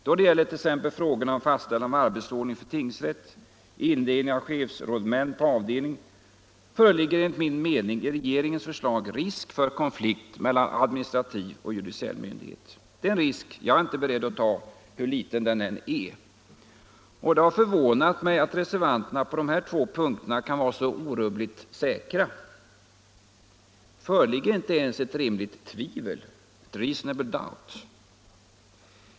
Då det gäller t.ex. frågorna om fastställande av arbetsordning för tingsrätt och indelning av chefsrådmän på avdelning föreligger enligt min mening i regeringens förslag risk för konflikt mellan administrativ och judiciell myndighet. Den risken är jag inte beredd att ta, hur liten den än är, och det har förvånat mig att reservanterna på de här två punkterna kan vara så orubbligt säkra. Föreligger inte ens ett rimligt tvivel, a reasonable doubt?